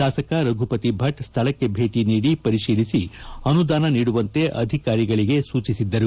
ಶಾಸಕ ರಘುಪತಿ ಭಟ್ ಸ್ವಳಕ್ಕೆ ಭೇಟಿ ನೀಡಿ ಪರಿಶೀಲಿಸಿ ಆನುದಾನ ನೀಡುವಂತೆ ಅಧಿಕಾರಿಗಳಿಗೆ ಸೂಚಿಸಿದ್ದರು